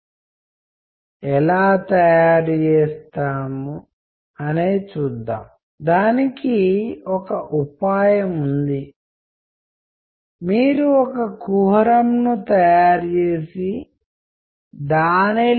communicative సందర్భంలో దీనికి ఖచ్చితమైన అర్థం ఏమిటి ఇంటర్ప్రిటేషన్ కి అర్థం ఎప్పుడు వస్తుంది అంటే మనకి ఆ విషయాలు లేదా ఆ సందేశాలు కమ్యూనికేటివ్ సందర్భంలో అర్థం అయినప్పుడు